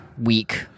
week